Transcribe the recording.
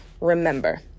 remember